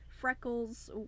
freckles